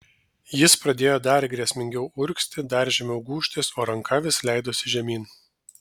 jis pradėjo dar grėsmingiau urgzti dar žemiau gūžtis o ranka vis leidosi žemyn